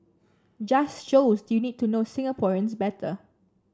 just shows you need to know Singaporeans better